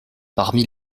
parmi